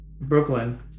Brooklyn